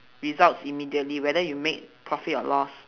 results immediately whether you make profit or loss